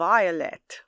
Violet